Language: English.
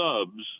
subs